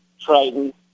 Triton